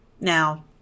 Now